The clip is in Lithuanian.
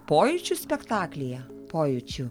pojūčių spektaklyje pojūčių